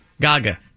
Gaga